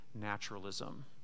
naturalism